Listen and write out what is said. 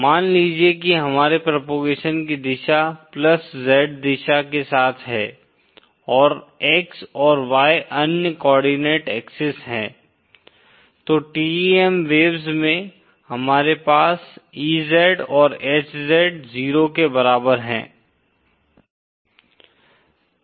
मान लीजिए कि हमारे प्रोपोगेशन की दिशा Z दिशा के साथ है और X और Y अन्य कोर्डिनेट एक्सिस हैं तो TEM वेव्स में हमारे पास EZ और HZ 0 के बराबर है